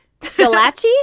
Galachi